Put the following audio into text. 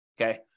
Okay